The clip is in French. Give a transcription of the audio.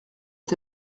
est